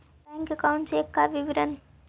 Bank account check का विवरण?